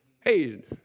Hey